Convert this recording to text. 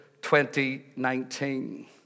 2019